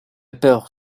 peur